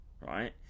right